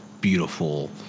beautiful